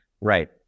Right